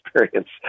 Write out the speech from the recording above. experience